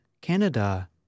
Canada